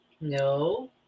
No